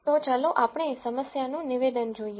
તો ચાલો આપણે સમસ્યાનું નિવેદન જોઈએ